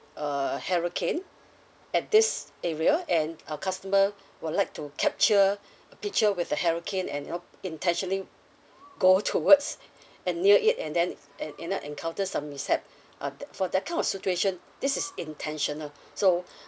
a hurricane at this area and a customer would like to capture a picture with the hurricane and you know intentionally go towards and near it and then en~ you know encounter some mishap uh for that kind of situation this is intentional so